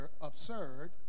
absurd